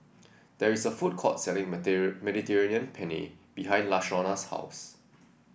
there is a food court selling Mediterranean Penne behind Lashonda's house